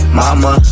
mama